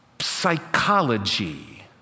psychology